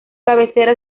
cabecera